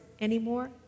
anymore